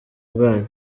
bwanyu